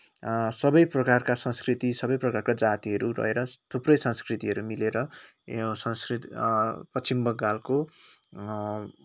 सबै प्रकारका संस्कृति सबै प्रकारका जातिहरू रहेर थुप्रै संस्कृतिहरू मिलेर यो संस्कृति पश्चिम बङ्गालको